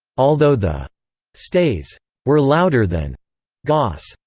although the stays were louder than gos,